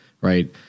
right